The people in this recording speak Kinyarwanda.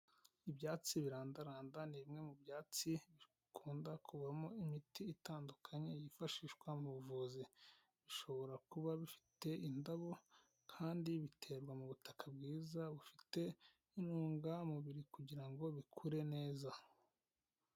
Ibyatsi birandaranda ni bimwe mu byatsi bikunda kubamo imiti itandukanye yifashishwa mu buvuzi, bishobora kuba bifite indabo kandi biterwa mu butaka bwiza bufite intungamubiri, kugira ngo bikure neza.